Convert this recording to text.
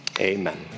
amen